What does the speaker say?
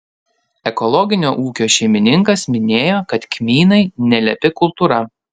ekologinio ūkio šeimininkas minėjo kad kmynai nelepi kultūra